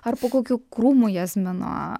ar po kokiu krūmu jazmino